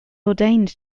ordained